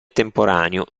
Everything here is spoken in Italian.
temporaneo